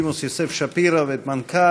עליזה לביא ודב חנין,